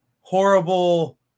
horrible